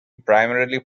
primarily